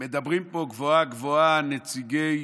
מדברים פה גבוהה-גבוהה נציגי